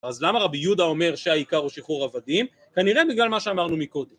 אז למה רבי יהודה אומר שהעיקר הוא שחרור עבדים, כנראה בגלל מה שאמרנו מקודם.